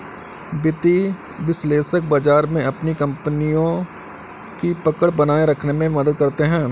वित्तीय विश्लेषक बाजार में अपनी कपनियों की पकड़ बनाये रखने में मदद करते हैं